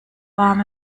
warm